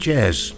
Jazz